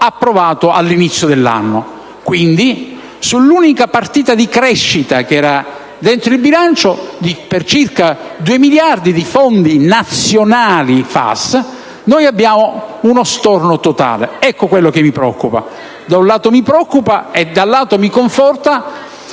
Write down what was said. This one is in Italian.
approvato all'inizio dell'anno. Quindi, sull'unica partita di crescita contenuta nel bilancio, pari a circa 2 miliardi di fondi nazionali FAS, si registra uno storno totale; è questo ciò che mi preoccupa. Da un lato mi preoccupa e dall'altro mi conforta,